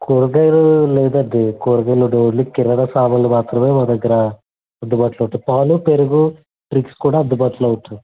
కూరగాయలు లేదండి కూరగాయలుండవు ఓన్లీ కిరాణ సామన్లు మాత్రమే మా దగ్గర అందుబాటులో పాలు పెరుగు డ్రింక్స్ కూడా అందుబాటులో ఉంటాయి